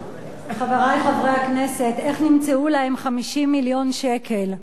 חברי חברי הכנסת, איך נמצאו להם 50 מיליון שקל,